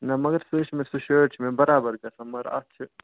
نا مگر سُہ چھِ مےٚ سُہ شٲٹ چھِ مےٚ برابر گژھان مگر اتھ چھِ